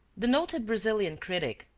the noted brazilian critic,